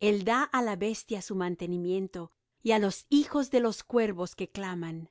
el da á la bestia su mantenimiento y á los hijos de los cuervos que claman